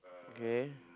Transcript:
okay